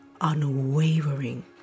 unwavering